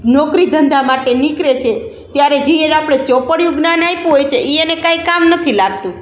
નોકરી ધંધા માટે નીકળે છે ત્યારે જે એને આપણે ચોપડીયું જ્ઞાન આપ્યું હોય છે એ એને કાંઈ કામ નથી લાગતું